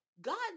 God